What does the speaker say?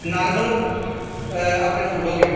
normal अपने food हो गेआ